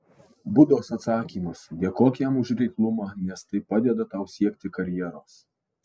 budos atsakymas dėkok jam už reiklumą nes tai padeda tau siekti karjeros